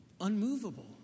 unmovable